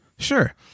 Sure